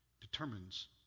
determines